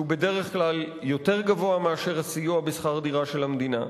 שהוא בדרך כלל יותר גבוה מאשר הסיוע בשכר דירה של המדינה.